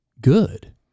good